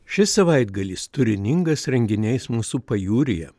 šis savaitgalis turiningas renginiais mūsų pajūryje